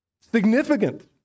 Significant